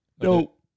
Nope